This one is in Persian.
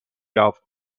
یافت